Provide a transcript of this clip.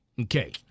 Okay